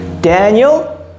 Daniel